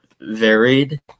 Varied